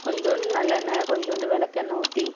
கொஞ்சோண்டு நல்லெண்ணை கொஞ்சோண்டு விளக்கெண்ண ஊற்றி